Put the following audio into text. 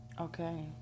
Okay